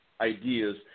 ideas